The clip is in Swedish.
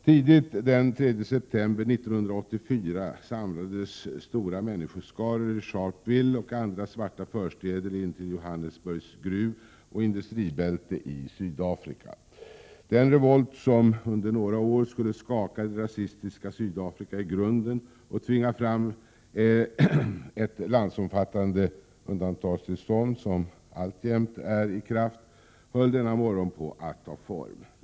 Tidigt den 3 september 1984 samlades stora människoskaror i Sharpeville och andra svarta förstäder intill Johannesburgs gruvoch industribälte i Sydafrika. Den revolt som under några år skulle skaka det rasistiska Sydafrika i grunden och tvinga fram ett landsomfattande undantagstillstånd som alltjämt är i kraft höll denna morgon på att ta form.